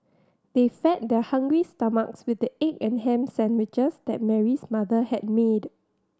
they fed their hungry stomachs with the egg and ham sandwiches that Mary's mother had made